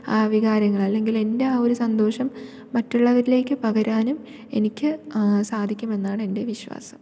ആ വികാരങ്ങൾ അല്ലെങ്കിൽ എൻ്റെ ആ ഒരു സന്തോഷം മറ്റുള്ളവരിലേക്ക് പകരാനും എനിക്ക് സാധിക്കുമെന്നാണ് എൻ്റെ വിശ്വാസം